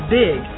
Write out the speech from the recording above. big